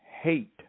hate